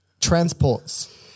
Transports